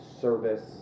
Service